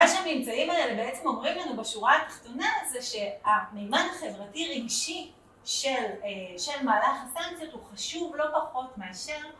מה שהממצאים האלה בעצם אומרים לנו בשורה התחתונה, זה שהמימד החברתי רגשי של מהלך הסנקציות הוא חשוב לא פחות מאשר